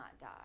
die